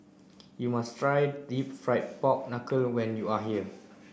you must try deep fried pork knuckle when you are here